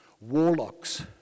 warlocks